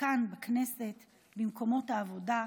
כאן בכנסת, במקומות העבודה,